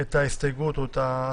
את ההסתייגות או את ההצעה